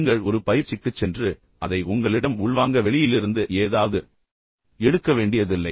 நீங்கள் ஒரு பயிற்சிக்குச் சென்று அதை உங்களிடம் உள்வாங்க வெளியிலிருந்து ஏதாவது எடுக்க வேண்டியதில்லை